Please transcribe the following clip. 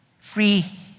Free